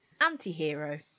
Anti-hero